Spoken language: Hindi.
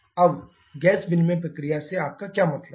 अब गैस विनिमय प्रक्रिया से आपका क्या मतलब है